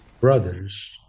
brothers